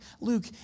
Luke